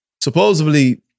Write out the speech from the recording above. Supposedly